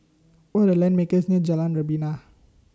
What Are The Land makerbs near Jalan Rebana